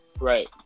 Right